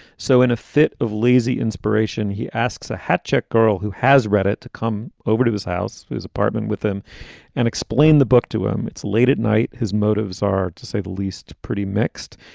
so, in a fit of lazy inspiration, he asks a hatcheck girl who has read it to come over to his house, his apartment with him and explain the book to him. it's late at night. his motives are, to say the least. pretty mixed,